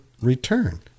return